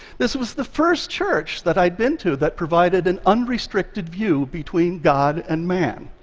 this was the first church that i'd been to that provided an unrestricted view between god and man.